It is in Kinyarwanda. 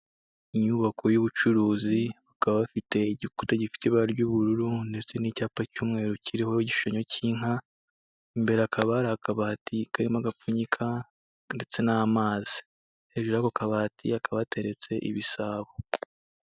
Inyubako y'ubucuruzi, bakaba abafite igikuta gifite ibara ry'ubururu ndetse n'icyapa cy'umweru kiriho igishushanyo cy'inka, imbere hakaba hari akabati karimo agapfunyika ndetse n'amazi. Hejuru y'ako kabati, hakaba hateretse ibisabo.